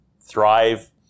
thrive